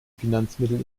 finanzmittel